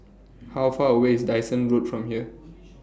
How Far away IS Dyson Road from here